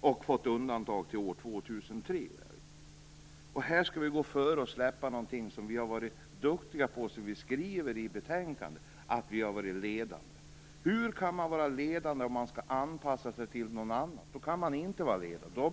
och som fått undantag till år 2003. Här skall vi gå före och släppa någonting som vi har varit duktiga på och där vi varit ledande, som man skriver i betänkandet. Hur kan man vara ledande om man skall anpassa sig till någon annan? Då kan man inte vara ledande.